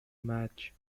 match